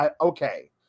okay